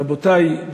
רבותי,